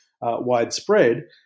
widespread